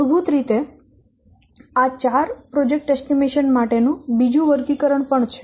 મૂળભૂત રીતે આ ચાર પ્રોજેક્ટ અંદાજ માટેનું બીજું વર્ગીકરણ પણ છે